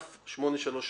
(מינוי סגן ראש רשות),